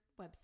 website